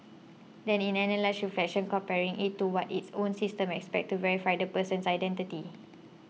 then analyses reflection comparing it to what its own system expects to verify the person's identity